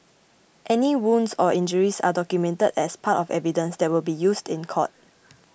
any wounds or injuries are documented as part of evidence that will be used in court